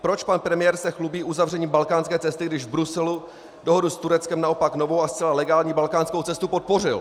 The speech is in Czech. Proč se pan premiér chlubí uzavřením balkánské cesty, když v Bruselu dohodou s Tureckem naopak novou a zcela legální balkánskou cestu podpořil.